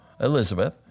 Elizabeth